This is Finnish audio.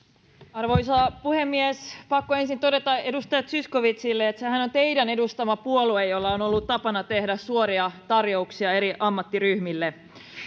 arvoisa puhemies pakko ensin todeta edustaja zyskowiczille että sehän on teidän edustamanne puolue jolla on ollut tapana tehdä suoria tarjouksia eri ammattiryhmille